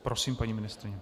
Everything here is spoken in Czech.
Prosím, paní ministryně.